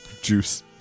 Juice